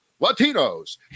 Latinos